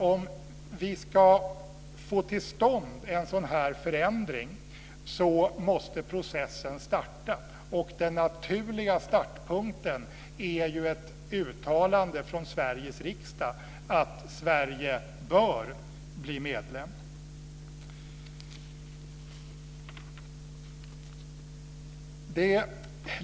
Om vi ska få till stånd en sådan här förändring är det klart att processen måste starta. Den naturliga startpunkten är ett uttalande från Sveriges riksdag att Sverige bör bli medlem.